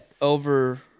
Over